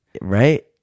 Right